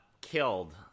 killed